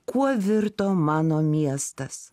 kuo virto mano miestas